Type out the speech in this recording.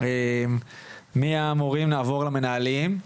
מהמורים נעבור למנהלים.